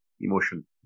emotion